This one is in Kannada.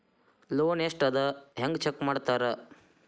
ಲೋನ್ ಎಷ್ಟ್ ಅದ ಹೆಂಗ್ ಚೆಕ್ ಮಾಡ್ತಾರಾ